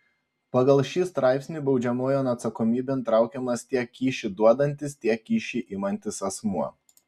pagal šį straipsnį baudžiamojon atsakomybėn traukiamas tiek kyšį duodantis tiek kyšį imantis asmuo